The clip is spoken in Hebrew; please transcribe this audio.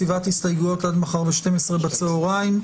הסתייגויות עד מחר בשתים-עשרה בצוהריים.